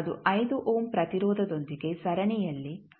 ಅದು 5 ಓಮ್ ಪ್ರತಿರೋಧದೊಂದಿಗೆ ಸರಣಿಯಲ್ಲಿ 10 ವೋಲ್ಟ್ ಆಗಿರುತ್ತದೆ